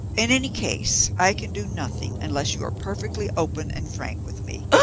in any case i can do nothing unless you are perfectly open and frank with me.